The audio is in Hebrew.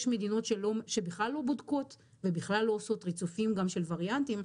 יש מדינות שבכלל לא בודקות ובכלל לא עושות ריצופים גם של וריאנטים.